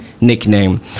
nickname